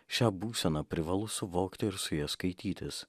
šią būseną privalu suvokti ir su ja skaitytis